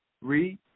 Read